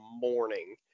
morning